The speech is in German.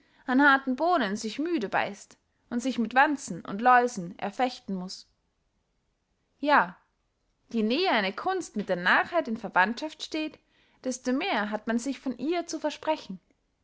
an harten bohnen sich müde beißt und sich mit wanzen und läusen erfechten muß ja je näher eine kunst mit der narrheit in verwandtschaft steht desto mehr hat man sich von ihr zu versprechen